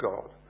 God